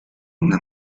una